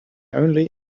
only